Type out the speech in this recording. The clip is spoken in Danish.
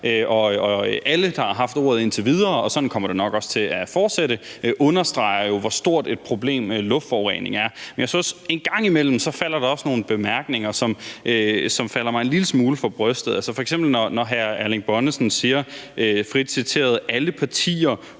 også til at fortsætte, understreger jo, hvor stort et problem luftforureningen er. Men jeg synes også, at der engang imellem falder nogle bemærkninger, som falder mig en lille smule for brystet. Det er f.eks., når hr. Erling Bonnesen frit citeret siger: Alle partier